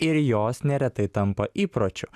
ir jos neretai tampa įpročiu